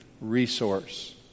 resource